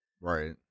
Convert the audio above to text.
right